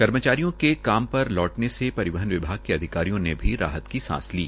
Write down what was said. कर्मचारियों के काम पर लौटने से परिवहन विभाग के अधिकारियों ने भी राहत सांस ली